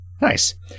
Nice